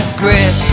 grip